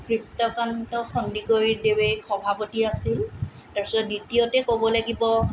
কৃষ্ণকান্ত সন্দিকৈদেৱে সভাপতি আছিল তাৰপিছত দ্বিতীয়তে ক'ব লাগিব